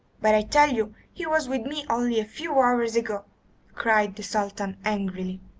but i tell you he was with me only a few hours ago cried the sultan angrily.